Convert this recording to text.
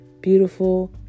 beautiful